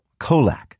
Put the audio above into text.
Kolak